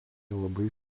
labai